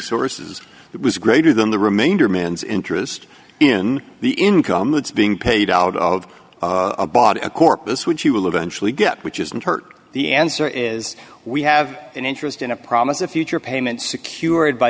sources that was greater than the remainder man's interest in the income that's being paid out of a bought a corpus which you will eventually get which isn't hurt the answer is we have an interest in a promise a future payment secured by